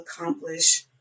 accomplish